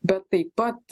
bet taip pat